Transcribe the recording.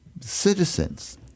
citizens